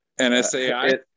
NSAI